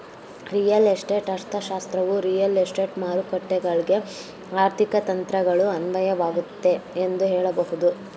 real estate ಅರ್ಥಶಾಸ್ತ್ರವು real estate ಮಾರುಕಟ್ಟೆಗಳ್ಗೆ ಆರ್ಥಿಕ ತಂತ್ರಗಳು ಅನ್ವಯವಾಗುತ್ತೆ ಎಂದು ಹೇಳಬಹುದು